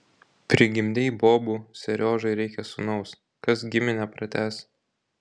prigimdei bobų seriožai reikia sūnaus kas giminę pratęs